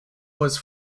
was